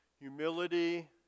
Humility